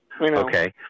Okay